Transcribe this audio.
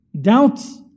Doubts